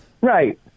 Right